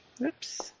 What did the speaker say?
Oops